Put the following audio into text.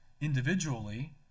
individually